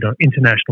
international